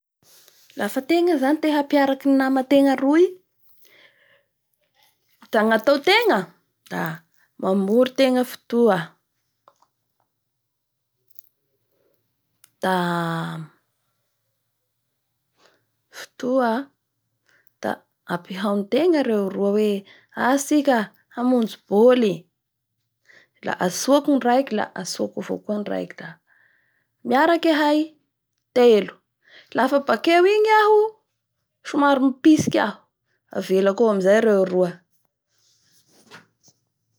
Lafa ategna zay te hampiaraky ny namatenga roy da ny ataotenga mamory a tenga fotoa da fotoa aa da ampihaonintena reo roa hoe aa tsika hamonjy boly la antsoiko ny raiky la antsoiko avao koa ny raiky da miaraky ahay telo lafa bakeo igny iaho somary mipitsiky iaho avelako eo amizay reo roa.